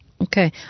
Okay